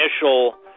initial